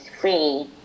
free